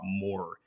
more